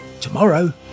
tomorrow